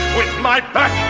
with. my back.